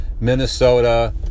Minnesota